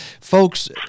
folks